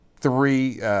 three